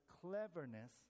cleverness